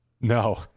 No